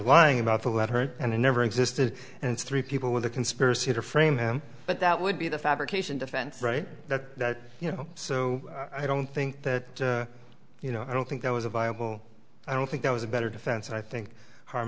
lying about the let her and it never existed and three people with a conspiracy to frame him but that would be the fabrication defense right that you know so i don't think that you know i don't think that was a viable i don't think that was a better defense i think harm